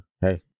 Hey